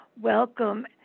welcome